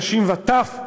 נשים וטף,